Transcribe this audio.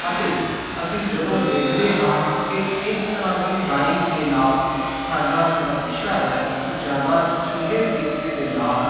ਅਤੇ ਅਸੀਂ ਜਦੋਂ ਦੇਖਦੇ ਹਾਂ ਕਿ ਇਸ ਤਰ੍ਹਾਂ ਦੀ ਡਰਾਇੰਗ ਦੇ ਨਾਲ ਸਾਡਾ ਜਿਹੜਾ ਵਿਸ਼ਾ ਹੈ ਉਹ ਜ਼ਿਆਦਾ ਚੰਗੇ ਤਰੀਕੇ ਦੇ ਨਾਲ